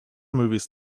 movies